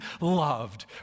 loved